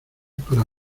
para